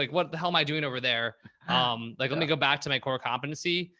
like what the hell am i doing over there? i'm like, let me go back to my core competency.